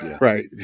right